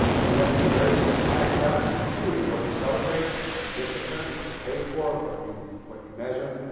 so you have to be very systematic about it, and including what you celebrate, what you discipline, what you pay for, what you what you measure.